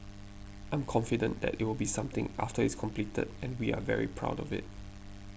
I'm confident that it will be something after it's completed and we are very proud of it